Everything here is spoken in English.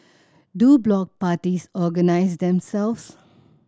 do block parties organise themselves